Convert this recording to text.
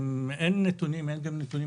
אין גם נתונים,